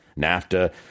NAFTA